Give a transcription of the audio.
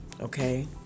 okay